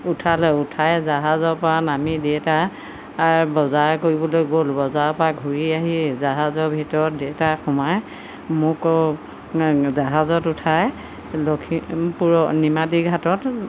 উঠালে উঠাই জাহাজৰপৰা নামি দেউতাই বজাৰ কৰিবলৈ গ'ল বজাৰৰপৰা ঘুৰি আহি জাহাজৰ ভিতৰত দেউতাই সোমাই মোক জাহাজত উঠাই লখিমপুৰৰ নিমাতী ঘাটত